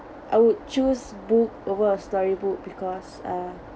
I would choose book over a storybook because uh